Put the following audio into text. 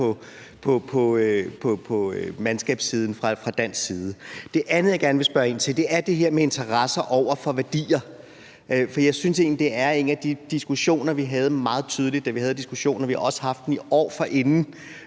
på mandskabssiden fra dansk side. Det andet, jeg gerne vil spørge ind til, er det her med interesser over for værdier, for det er enaf de diskussioner, vi har haft. Og vi havde den også nogle år forinden